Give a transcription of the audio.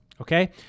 okay